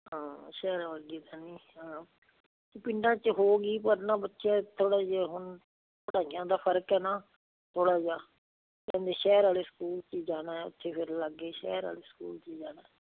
ਹਾਂ ਸ਼ਹਿਰਾਂ ਵਰਗੀ ਤਾਂ ਨਹੀਂ ਹਾਂ ਪਿੰਡਾਂ 'ਚ ਹੋ ਗਈ ਪਰ ਨਾ ਬੱਚਾ ਥੋੜ੍ਹਾ ਜਿਹਾ ਹੁਣ ਪੜ੍ਹਾਈਆਂ ਦਾ ਫਰਕ ਹੈ ਨਾ ਥੋੜ੍ਹਾ ਜਿਹਾ ਕਹਿੰਦੇ ਸ਼ਹਿਰ ਵਾਲੇ ਸਕੂਲ 'ਚ ਹੀ ਜਾਣਾ ਉੱਥੇ ਫਿਰ ਲਾਗੇ ਸ਼ਹਿਰ ਵਾਲੇ ਸਕੂਲ 'ਚ ਹੀ ਜਾਣਾ